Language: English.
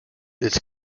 its